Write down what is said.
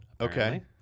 Okay